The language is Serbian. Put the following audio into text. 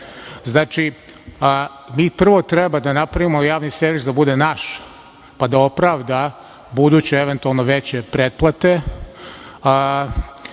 nivou. Znači, mi prvo treba da napravimo Javni servis da bude naš, pa da opravda buduće eventualno veće pretplate.